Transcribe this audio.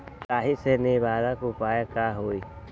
लाही के निवारक उपाय का होई?